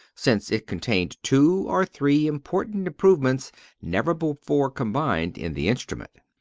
since it contained two or three important improvements never before combined in the instrument.